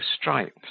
stripes